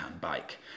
bike